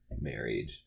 married